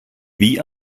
wie